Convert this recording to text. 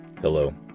hello